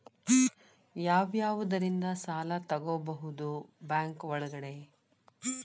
ಯಾವ್ಯಾವುದರಿಂದ ಸಾಲ ತಗೋಬಹುದು ಬ್ಯಾಂಕ್ ಒಳಗಡೆ?